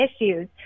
issues